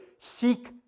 Seek